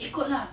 ikut lah